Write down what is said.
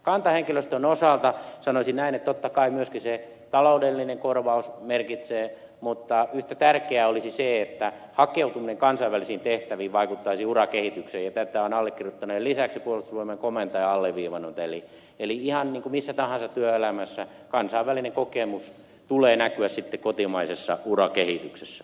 kantahenkilöstön osalta sanoisin näin että totta kai myöskin se taloudellinen korvaus merkitsee mutta yhtä tärkeää olisi se että hakeutuminen kansainvälisiin tehtäviin vaikuttaisi urakehitykseen ja tätä on allekirjoittaneen lisäksi puolustusvoimain komentaja alleviivannut eli ihan niin kuin missä tahansa työelämässä kansainvälisen kokemuksen tulee näkyä sitten kotimaisessa urakehityksessä